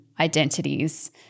identities